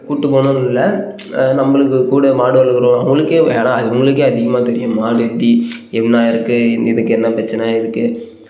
கூப்பிட்டு போகணும்னு இல்லை நம்மளுக்குக் கூட மாடு வளர்க்குறோம் அவங்களுக்கே ஏன்னா அது அவங்களுக்கே அதிகமாக தெரியும் மாடு எப்படி என்ன இருக்குது இதுக்குது என்ன பிரச்சனை இருக்குது